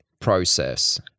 process